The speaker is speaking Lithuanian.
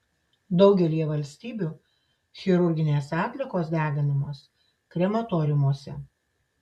daugelyje valstybių chirurginės atliekos deginamos krematoriumuose